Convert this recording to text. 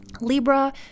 Libra